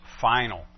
final